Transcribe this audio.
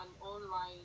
online